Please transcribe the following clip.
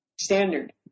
Standard